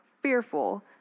fearful